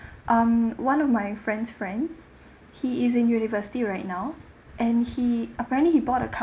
um one of my friend's friend he is in university right now and he apparently he bought a car